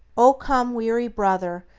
o come, weary brother!